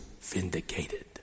vindicated